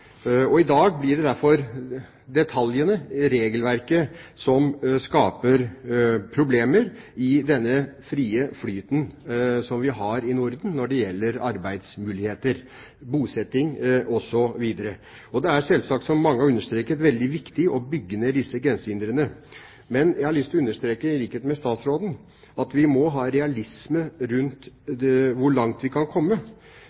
og i dag blir det derfor detaljene, regelverket, som skaper problemer i denne frie flyten som vi har i Norden når det gjelder arbeidsmuligheter, bosetting osv. Det er selvsagt, slik mange har understreket, veldig viktig å bygge ned disse grensehindrene, men jeg har lyst til å understreke, i likhet med statsråden, at vi må ha realisme rundt hvor langt vi kan komme.